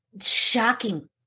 shocking